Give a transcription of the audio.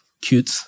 Cute